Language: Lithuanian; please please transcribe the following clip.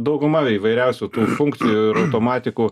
dauguma įvairiausių funkcijų ir automatikų